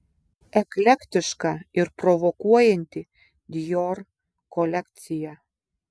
eklektiška ir provokuojanti dior kolekcija